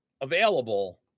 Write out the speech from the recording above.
available